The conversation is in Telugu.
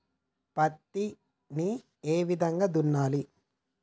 పత్తిని ఏ విధంగా దున్నాలి?